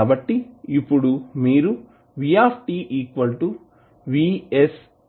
కాబట్టి ఇప్పుడు మీరు VVs